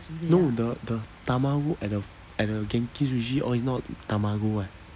no the the tamago at the at the genki sushi all is not tamago eh